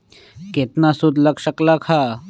केतना सूद लग लक ह?